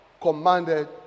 commanded